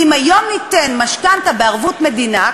כי אם היום ניתן משכנתה בערבות מדינה,